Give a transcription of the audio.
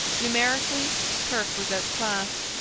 numerically kirke was outclassed,